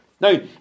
Now